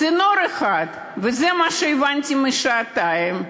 צינור אחד, וזה מה שהבנתי מהשעתיים,